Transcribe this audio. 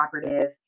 cooperative